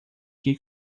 que